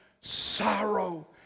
sorrow